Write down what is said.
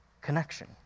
connection